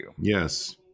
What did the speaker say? Yes